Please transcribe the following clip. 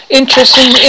interesting